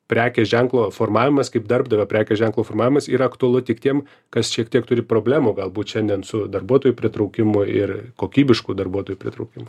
prekės ženklo formavimas kaip darbdavio prekės ženklo formavimas yra aktualu tik tiem kas šiek tiek turi problemų galbūt šiandien su darbuotojų pritraukimu ir kokybiškų darbuotojų pritraukimu